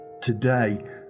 Today